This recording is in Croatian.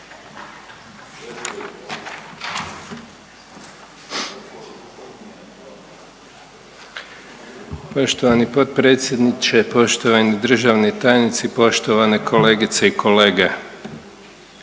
Poštovani potpredsjedniče, poštovani državni tajnici, poštovane kolegice i kolege.